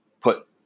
put